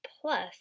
plus